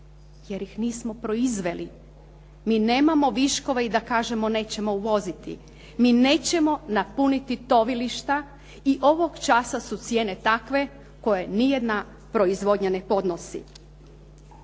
jer ih nismo proizveli. Mi nemamo viškove i da kažemo nećemo uvoziti. Mi nećemo napuniti tovilišta i ovog časa su cijene takve koje ni jedna proizvodnja ne podnosi.